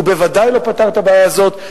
הוא בוודאי לא פתר את הבעיה הזאת,